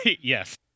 Yes